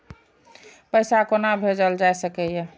पैसा कोना भैजल जाय सके ये